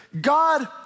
God